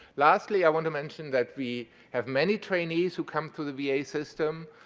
lastly, i want to mention that we have many trainees who come through the v a. system.